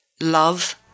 love